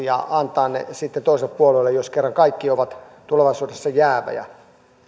ja antamaan ne sitten toiselle puolueelle jos kerran kaikki ovat tulevaisuudessa jäävejä